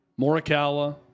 Morikawa